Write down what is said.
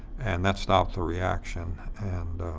and that stopped the reaction. and